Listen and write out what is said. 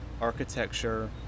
architecture